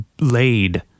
laid